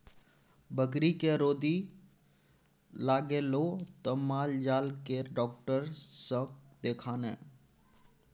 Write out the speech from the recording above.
बकरीके रौदी लागलौ त माल जाल केर डाक्टर सँ देखा ने